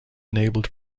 enabled